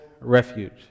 Refuge